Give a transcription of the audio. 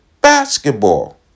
basketball